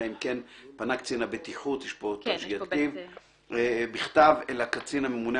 אלא אם כן פנה קצין הבטיחות בכתב אל הקצין הממונה